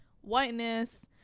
whiteness